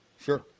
Sure